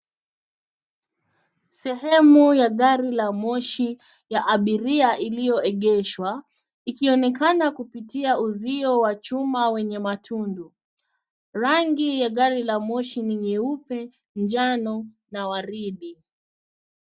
Sehemu ya gari la moshi ya abiria iliyoegeshwa ,ikionekana kupitia uzio wa chuma wenye matundu. Rangi ya gari la moshi ni nyeupe, njano na waridi.